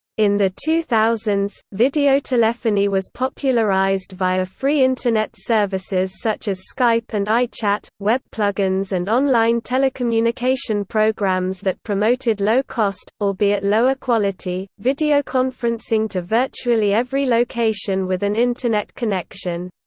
in the two thousand s, videotelephony was popularized via free internet services such as skype and ichat, web plugins and on-line telecommunication programs that promoted low cost, albeit lower-quality, videoconferencing to virtually every location with an internet connection.